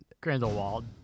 Grindelwald